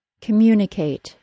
Communicate